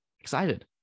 excited